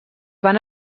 van